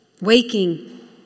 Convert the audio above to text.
Waking